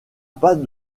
pas